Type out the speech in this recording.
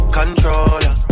controller